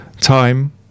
time